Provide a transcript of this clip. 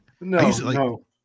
No